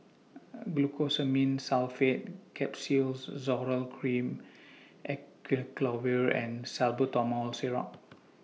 Glucosamine Sulfate Capsules Zoral Cream Acyclovir and Salbutamol Syrup